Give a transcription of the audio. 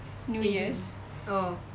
new years